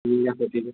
ঠিক আছে ঠিক আছে